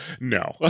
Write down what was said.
No